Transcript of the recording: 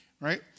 right